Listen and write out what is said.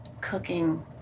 cooking